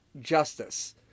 justice